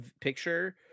picture